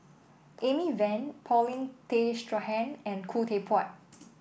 Amy Van Paulin Tay Straughan and Khoo Teck Puat